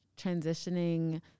transitioning